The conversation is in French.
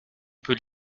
peut